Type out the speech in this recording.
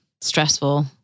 stressful